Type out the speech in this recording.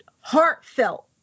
heartfelt